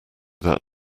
that